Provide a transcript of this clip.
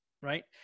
right